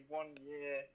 one-year